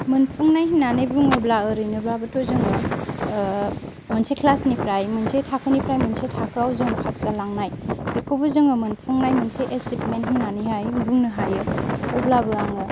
मोनफुंनाय होन्नानै बुङोब्ला ओरैनोबाबोथ' जोङो मोनसे क्लास निफ्राय मोनसे थाखोनिफ्राय मोनसे थाखोआव जों पास जालांनाय बेखौबो जोङो मोनफुंनाय मोनसे एचिभमेन्त होननानैहाय बुंनो हायो अब्लाबो आङो